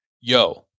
Yo